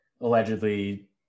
allegedly